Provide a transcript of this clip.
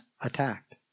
attacked